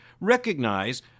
recognize